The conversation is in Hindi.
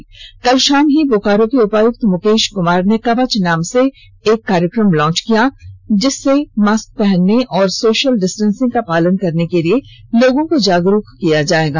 इसके बाद कल शाम ही बोकारो के उपायुक्त मुकेश कुमार ने कवच नाम से एक कार्यक्रम लॉन्च किया जिसके माध्यम से मास्क पहनने और सोशल डिस्टेंसिंग का पालन करने के लिए लोगों को जागरूक किया जाएगा